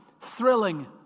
thrilling